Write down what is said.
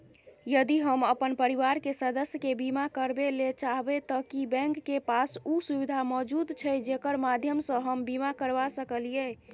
यदि हम अपन परिवार के सदस्य के बीमा करबे ले चाहबे त की बैंक के पास उ सुविधा मौजूद छै जेकर माध्यम सं हम बीमा करबा सकलियै?